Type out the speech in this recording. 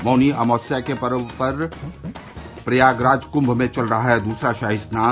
मौनी अमावस्या के अवसर पर प्रयागराज कुम्भ में चल रहा है दूसरा शाही स्नान